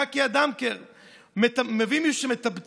של יקי אדמקר, הוא מביא מישהו שמתצפת